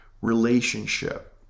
relationship